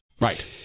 Right